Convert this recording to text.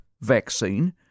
vaccine